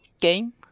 game